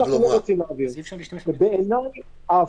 אני רוצה הליך נקי לצורך מיגור